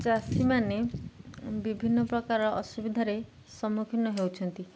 ଚାଷୀମାନେ ବିଭିନ୍ନ ପ୍ରକାର ଅସୁବିଧାରେ ସମ୍ମୁଖୀନ ହେଉଛନ୍ତି